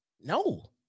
No